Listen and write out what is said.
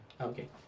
Okay